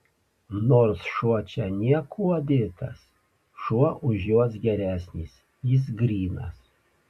nors šuo čia niekuo dėtas šuo už juos geresnis jis grynas